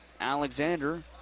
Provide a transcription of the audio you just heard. Alexander